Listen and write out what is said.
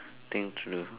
thing to do